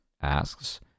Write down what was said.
asks